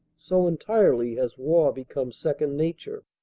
so entirely has war become second nature.